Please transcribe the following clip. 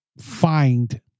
find